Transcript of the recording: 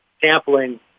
sampling